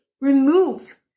remove